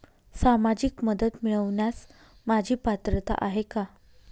सामाजिक मदत मिळवण्यास माझी पात्रता आहे का?